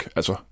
Altså